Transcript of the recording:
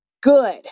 Good